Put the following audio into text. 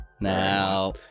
Now